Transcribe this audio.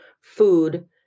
food